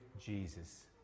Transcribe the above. Jesus